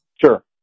Sure